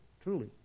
Truly